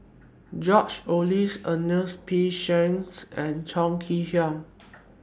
George Oehlers Ernest P Shanks and Chong Kee Hiong